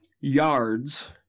yards